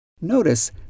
Notice